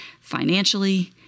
financially